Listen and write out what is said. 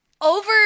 over